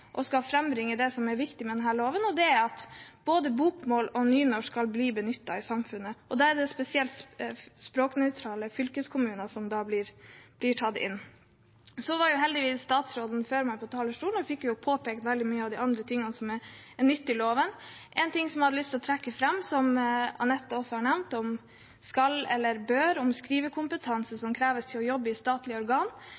og frambringer det som er viktig med denne loven, og det er at både bokmål og nynorsk skal bli benyttet i samfunnet, og der er det spesielt språknøytrale fylkeskommuner som blir tatt inn. Så var heldigvis statsråden før meg på talerstolen, og han fikk påpekt veldig mye av de andre tingene som er nytt i loven. Én ting som jeg har lyst til å trekke fram, som også Anette Trettebergstuen har nevnt, gjelder «skal» eller